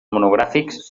monogràfics